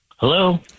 Hello